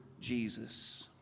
Jesus